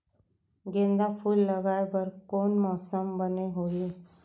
गेंदा फूल लगाए बर कोन मौसम बने होही?